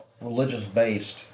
religious-based